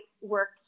work